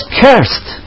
cursed